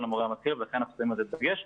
המורה המתחיל ולכן אנחנו שמים על זה דגש.